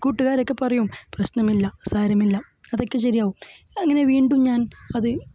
കൂട്ടുകാരൊക്കെ പറയും പ്രശ്നമില്ല സാരമില്ല അതൊക്കെ ശരിയാവും അങ്ങനെ വീണ്ടും ഞാന് അത്